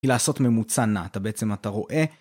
היא לעשות "ממוצע נע", אתה בעצם אתה רואה...